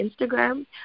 Instagram